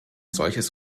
solches